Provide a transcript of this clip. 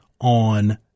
on